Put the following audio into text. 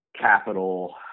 capital